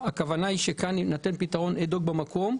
הכוונה היא שכאן יינתן פתרון אד-הוק במקום.